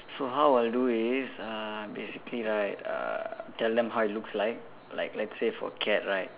so how I'll do is uh basically right uh tell them how it looks like like let's say for cat right